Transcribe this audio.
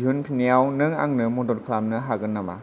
दिहुनफिननायाव नों आंनो मदद खालामनो हागोन नामा